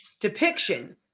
depiction